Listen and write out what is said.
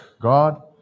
God